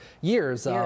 years—